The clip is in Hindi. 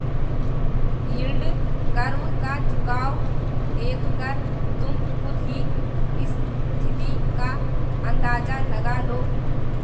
यील्ड कर्व का झुकाव देखकर तुम खुद ही स्थिति का अंदाजा लगा लो